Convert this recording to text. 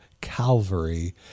Calvary